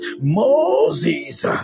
Moses